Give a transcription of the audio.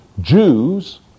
Jews